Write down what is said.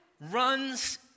runs